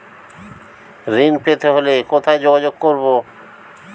ঋণ পেতে হলে কোথায় যোগাযোগ করব?